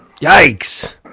Yikes